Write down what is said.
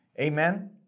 Amen